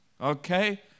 Okay